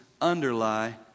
underlie